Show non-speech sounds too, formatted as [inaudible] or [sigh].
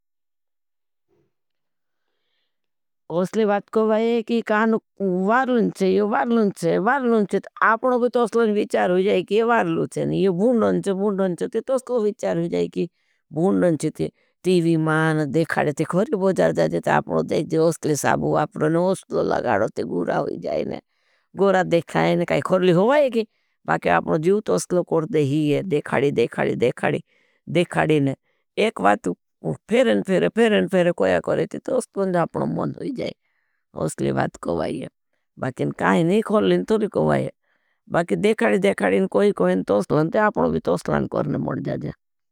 असली बात कोई ये कहाना वार्लुन चे, ये वार्लुन चे, वार्लुन चे आपनों भी तो असलों भी विचार हो जाए कि ये वार्लुन चे। ये बुंडन चे, बुंडन चे तो असलों भी विचार हो जाए कि बुंडन चे तीवी। मान देखाड़े ते देखाड़े [unintelligible] देखाड़े देखाड़े कोये, तो आपनों भी तो असलान करते इता है मुग्यांजत।